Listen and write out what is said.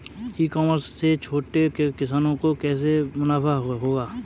ई commerce से छोटे किसानों को कैसे मुनाफा होगा?